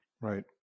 Right